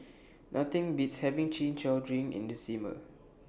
Nothing Beats having Chin Chow Drink in The Summer